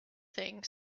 thing